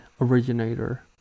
originator